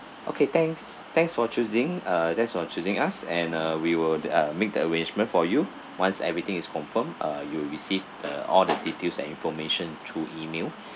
okay thanks thanks for choosing uh thanks for choosing us and uh we will the uh make the arrangement for you once everything is confirmed uh you will receive the all the details and information through email